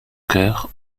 cœur